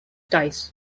ties